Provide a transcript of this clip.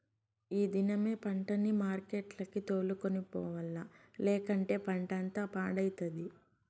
ఈ దినమే పంటని మార్కెట్లకి తోలుకొని పోవాల్ల, లేకంటే పంటంతా పాడైతది